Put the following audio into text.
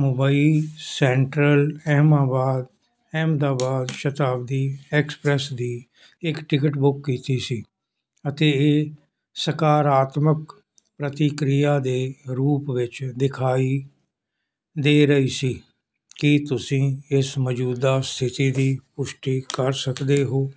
Mumbai central ਐਮਾਬਾਦ Ahmedabad Shatabdi express ਦੀ ਇੱਕ ਟਿਕਟ ਬੁੱਕ ਕੀਤੀ ਸੀ ਅਤੇ ਇਹ ਸਕਾਰਾਤਮਕ ਪ੍ਰਤੀਕਿਰਿਆ ਦੇ ਰੂਪ ਵਿੱਚ ਦਿਖਾਈ ਦੇ ਰਹੀ ਸੀ ਕੀ ਤੁਸੀਂ ਇਸ ਮੌਜੂਦਾ ਸਥਿਤੀ ਦੀ ਪੁਸ਼ਟੀ ਕਰ ਸਕਦੇ ਹੋ